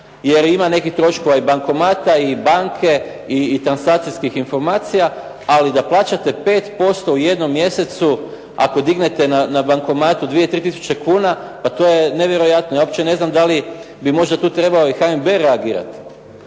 jer ima nekih troškova i bankomata i banke i transakcijskih informacija, ali da plaćate 5% u jednom mjesecu ako dignete na bankomatu 2, 3 tisuće kuna, pa to je nevjerojatno. Ja uopće ne znam da li bi možda tu trebao i HNB reagirati.